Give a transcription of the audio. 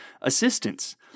assistance